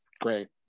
great